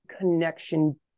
connection